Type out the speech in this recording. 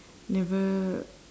never